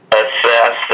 assess